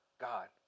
God